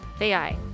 AI